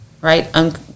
right